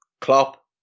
Klopp